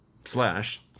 Slash